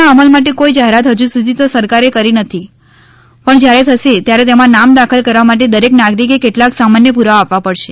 ના અમલ માટે કોઈ જાહેરાત હજુ સુધી તો સરકારે કરી નથી પણ જ્યારે થશે ત્યારે તેમાં નામ દાખલ કરવા માટે દરેક નાગરિકે કેટલાક સામાન્ય પુરાવા આપવા પડશે